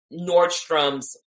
Nordstrom's